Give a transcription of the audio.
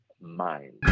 mind